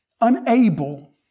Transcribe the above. unable